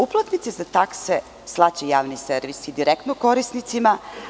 Uplatnice za takse slaće javni servisi direktno korisnicima.